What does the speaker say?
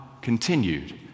continued